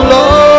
Lord